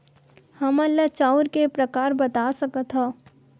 हमन ला चांउर के प्रकार बता सकत हव?